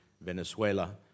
Venezuela